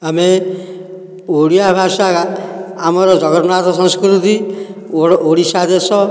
ଆମେ ଓଡ଼ିଆ ଭାଷା ଆମର ଜଗନ୍ନାଥ ସଂସ୍କୃତି ଓଡ଼ିଶା ଦେଶ